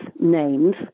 names